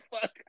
fuck